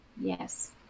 Yes